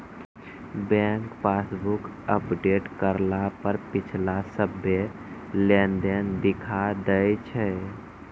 bank passbook update करला पर पिछला सभ्भे लेनदेन दिखा दैय छै